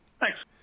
Thanks